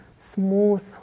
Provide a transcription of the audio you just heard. smooth